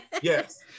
Yes